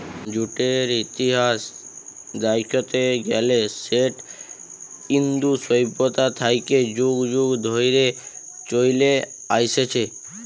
জুটের ইতিহাস দ্যাইখতে গ্যালে সেট ইন্দু সইভ্যতা থ্যাইকে যুগ যুগ ধইরে চইলে আইসছে